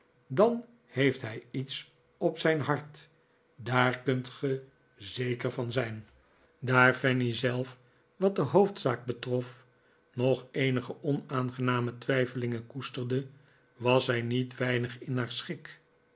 dan heeft hij iets op zijn hart daar kunt ge zeker van zijn k'ianikola as nickleby daar fanny zelf wat de hoofdzaak betrof nog eenige onaangename twijfelingen koesterde was zij niet weinig in haar schik